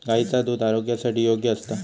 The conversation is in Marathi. गायीचा दुध आरोग्यासाठी योग्य असता